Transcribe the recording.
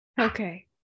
Okay